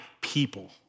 people